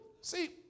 see